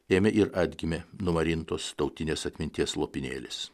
ėmė ir atgimė numarintos tautinės atminties lopinėlis